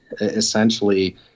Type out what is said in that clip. essentially